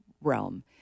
realm